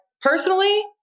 personally